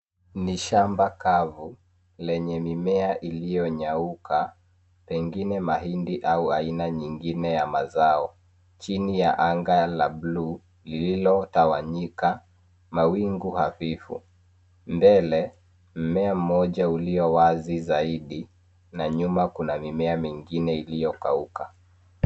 Ni shamba kavu lenye mimea iliyonyauka pengine mahindi au aina nyingine ya mazao chini ya angaa la buluu lililotawanyika mawingu hafifu. Mbele mmea mmoja ulio wazi zaidi na nyuma kuna mimea mingine iliyokauka.